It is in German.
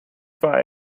war